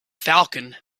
falcon